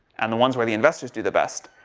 and the ones where the investors do the best,